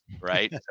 right